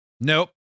Nope